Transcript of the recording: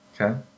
Okay